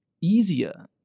easier